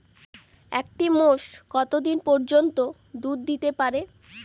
একটি মোষ কত দিন পর্যন্ত দুধ দিতে পারে?